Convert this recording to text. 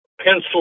pencil